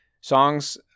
songs